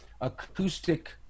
acoustic